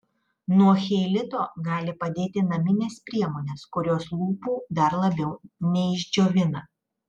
nuo cheilito gali padėti naminės priemonės kurios lūpų dar labiau neišdžiovina